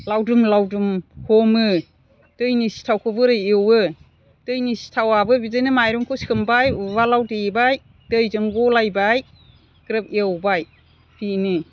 लावदुम लावदुम हमो दैनि सिथावखौ बोरै एवो दैनि सिथावआबो बिदिनो माइरंखौ सोमबाय उवालआव देबाय दैजों गलायबाय ग्रोब एवबाय बेनो